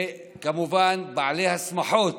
וכמובן של בעלי השמחות,